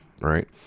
right